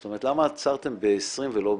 זאת אומרת למה עצרתם ב-20 ולא ב-19?